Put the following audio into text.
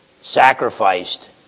sacrificed